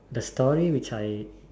the story which I